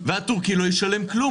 והטורקי לא ישלם כלום,